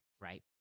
right